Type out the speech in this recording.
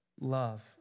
Love